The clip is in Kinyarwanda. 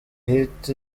hit